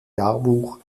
jahrbuch